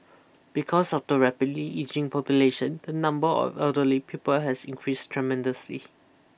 because of the rapidly ageing population the number of elderly people has increased tremendously